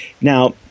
Now